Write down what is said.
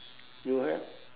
you have